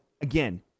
again